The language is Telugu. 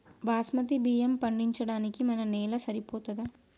బాస్మతి బియ్యం పండించడానికి మన నేల సరిపోతదా?